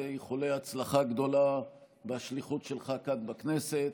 ואיחולי הצלחה גדולה בשליחות שלך כאן בכנסת.